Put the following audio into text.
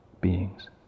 beings